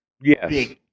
Yes